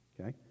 okay